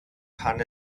kann